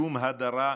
שום הדרה,